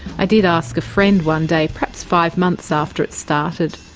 i did ask a friend one day, perhaps five months after it started.